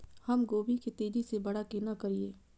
हम गोभी के तेजी से बड़ा केना करिए?